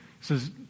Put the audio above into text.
says